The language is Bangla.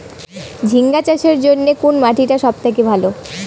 ঝিঙ্গা চাষের জইন্যে কুন মাটি টা সব থাকি ভালো?